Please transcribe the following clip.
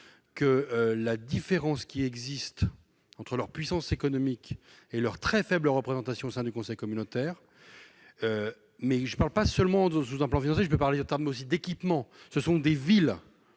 que la différence qui existe entre leur puissance économique et leur très faible représentation au sein du conseil communautaire mais je ne parle pas seulement de sous-provenance viendrait, je veux parler autant terme mais